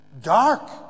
dark